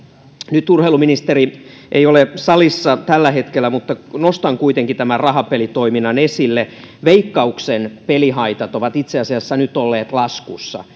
nyt urheiluministeri ei ole salissa tällä hetkellä mutta nostan kuitenkin rahapelitoiminnan esille veikkauksen pelihaitat ovat itse asiassa nyt olleet laskussa